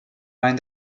mind